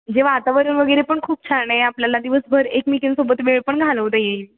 जे वातावरण वगैरे पण खूप छान आहे आपल्याला दिवसभर एकमेकींसोबत वेळ पण घालवता येईल